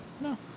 No